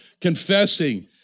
confessing